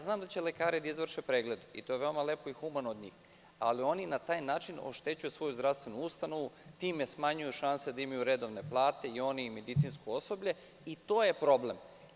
Znam da će lekari da izvrše preglede i to je veoma lepo i humano od njih, ali oni na taj način oštećuju svoju zdravstvenu ustanovu time što smanjuju šanse da imaju redovne plate i oni i medicinsko osoblje i to je problem.